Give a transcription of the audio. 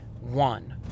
one